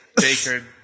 Baker